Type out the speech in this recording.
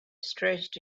stretched